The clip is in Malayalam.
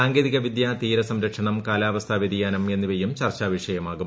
സാങ്കേതിക വിദ്യ തീര സംരക്ഷണം കാലാവസ്ഥാ വൃതിയാനം എന്നിവയും ചർച്ചാവിഷയമാകും